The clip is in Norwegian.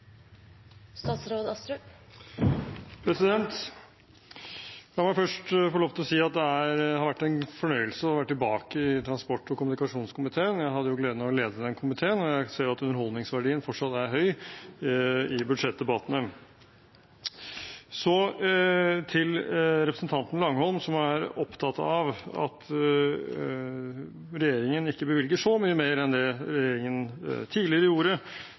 La meg først få lov til å si at det har vært en fornøyelse å være tilbake i transport- og kommunikasjonskomiteen. Jeg hadde gleden av å lede den komiteen, og jeg ser at underholdningsverdien fortsatt er høy i budsjettdebattene. Så til representanten Langholm Hansen, som er opptatt av at regjeringen ikke bevilger så mye mer enn det den tidligere regjeringen gjorde